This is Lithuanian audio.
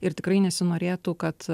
ir tikrai nesinorėtų kad